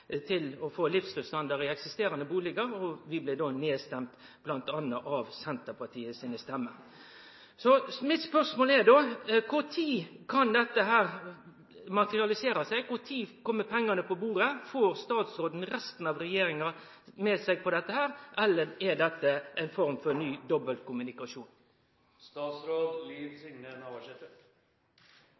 å få livsløpsstandard i eksisterande bustader. Vi blei då nedstemde, m.a. av Senterpartiet sine stemmer. Så mitt spørsmål er då: Når kan dette materialisere seg? Og: Når kjem pengane på bordet? Får statsråden resten av regjeringa med seg på dette, eller er dette ei form for ny dobbeltkommunikasjon?